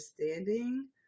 understanding